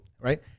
right